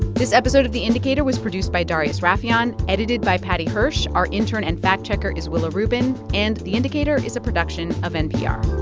this episode of the indicator was produced by darius rafieyan, edited by paddy hirsch. our intern and fact-checker is willa rubin. and the indicator is a production of npr